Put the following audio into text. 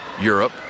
Europe